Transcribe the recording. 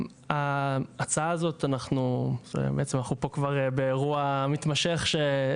אנחנו כמדינה צריכים באזורים האלה את